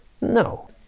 No